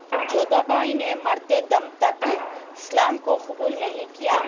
جودھا بائی نے مرتے دم تک اسلام کو قبول نہیں کیا